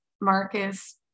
Marcus